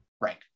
right